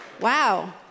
Wow